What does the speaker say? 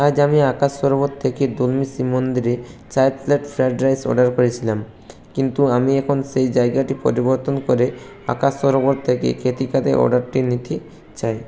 আজ আমি আকাশ সরোবর থেকে দুলমি শিব মন্দিরে চার প্লেট ফ্রায়েড রাইস অর্ডার করেছিলাম কিন্তু আমি এখন সেই জায়গাটি পরিবর্তন করে আকাশ সরোবর থেকে কেতিকাতে অর্ডারটি নিতে চাই